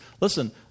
listen